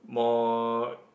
more